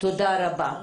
תודה רבה.